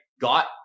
got